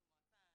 במועצה,